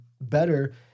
better